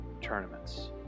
tournaments